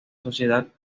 sociedad